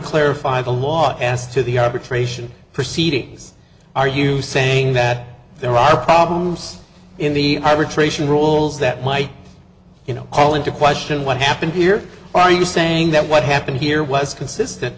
clarify the law as to the arbitration proceedings are you saying that there are problems in the high retracing rules that might you know call into question what happened here are you saying that what happened here was consistent